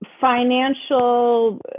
financial